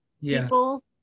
people